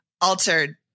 altered